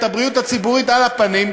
הבריאות הציבורית על הפנים,